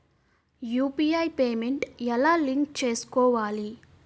UPI payment ఎలా link చేసుకోవాలి?